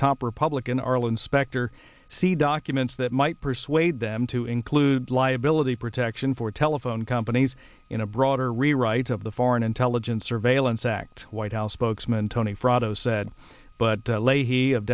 top republican arlen specter see documents that might persuade them to include liability protection for telephone companies in a broader rewrite of the foreign intelligence surveillance act white house spokesman tony fratto said but l